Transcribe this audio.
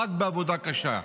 רק בעבודה קשה.